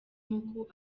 muku